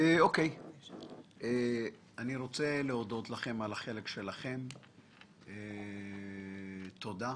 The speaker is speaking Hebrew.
אני רוצה להודות לכם על החלק שלכם, תודה.